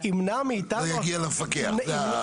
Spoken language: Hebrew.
שמעתי בקשב את מה